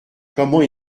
comment